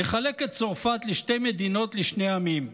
לחלק את צרפת לשתי מדינות לשני עמים: